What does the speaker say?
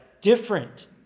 different